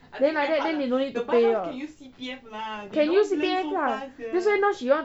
then like that they don't need to pay [what] can use C_P_F lah that's why now she want